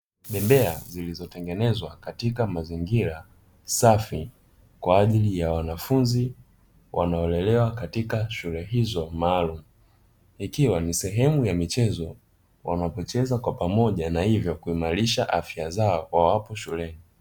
Bembea zilizotengenezwa katika mazingira safi kwa ajili ya wanafunzi wanaolelewa katika shule hizo maalum, ikiwa ni sehemu ya michezo wanaopoteza kwa pamoja na hivyo kuimarisha afya zao kwa wapo shuleni.